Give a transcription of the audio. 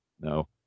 no